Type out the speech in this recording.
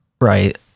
Right